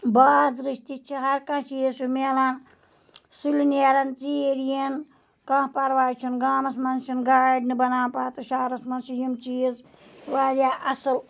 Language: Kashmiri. بازرٕچ تہٕ چھِ ہَر کانٛہہ چیٖز چھُ مِلان سُلہِ نیرَن ژیٖر یِن کانٛہہ پَرواے چھُنہٕ گامَس مَنٛز چھِنہٕ گاڈِ نہٕ بَنان پَتہٕ شَہرَس مَنٛز چھِ یِم چیٖز واریاہ اَصل